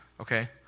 okay